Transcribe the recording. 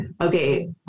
Okay